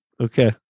Okay